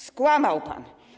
Skłamał pan.